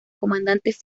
comandantes